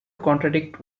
contradict